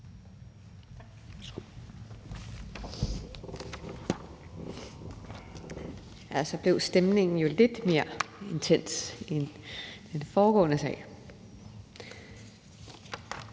Så blev stemningen jo lidt mere intens end ved den foregående sag.